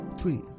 three